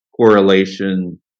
correlation